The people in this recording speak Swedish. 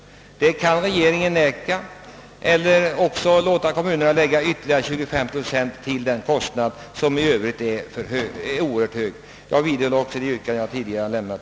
Detta kan regeringen motsätta sig eller låta kommunen lägga ytterligare 25 procent till en kostnad som i övrigt är oerhört hög. Herr talman! Jag vidhåller det yrkande jag tidigare ställt.